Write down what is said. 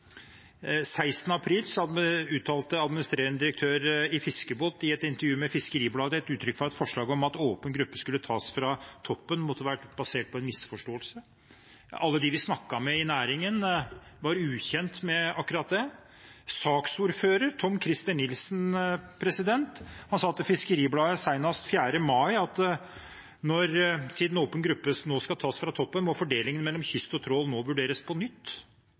et forslag om at åpen gruppe skulle tas fra toppen, måtte være basert på en misforståelse. Alle dem vi snakket med i næringen, var ukjent med akkurat det. Saksordfører, Tom-Christer Nilsen, sa til Fiskeribladet senest 4. mai at siden åpen gruppe nå skal tas fra toppen, må fordelingen mellom kyst og trål vurderes på nytt. Altså: En må vurdere fordelingen mellom kyst og trål på nytt.